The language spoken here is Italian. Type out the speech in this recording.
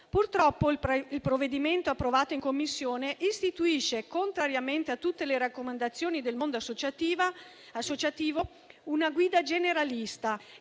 Purtroppo, il provvedimento approvato in Commissione istituisce, contrariamente a tutte le raccomandazioni del mondo associativo, una guida generalista,